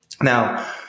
Now